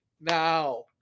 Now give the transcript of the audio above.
now